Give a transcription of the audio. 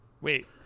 Wait